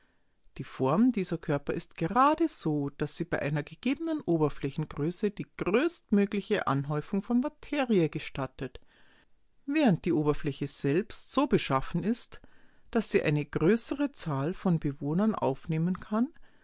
die form dieser körper ist gerade so daß sie bei einer gegebenen oberflächengröße die größtmögliche anhäufung von materie gestattet während die oberfläche selbst so beschaffen ist daß sie eine größere zahl von bewohnern aufnehmen kann